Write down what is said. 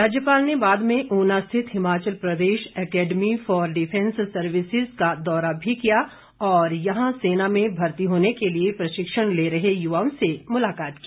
राज्यपाल ने बाद में उना स्थित Himachal Pradesh academy for defence services का दौरा भी किया और यहां सेना में भर्ती होने के लिए प्रशिक्षण ले रहे युवाओं से मुलाकात की